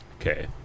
Okay